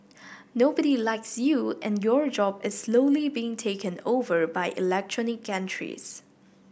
nobody likes you and your job is slowly being taken over by electronic gantries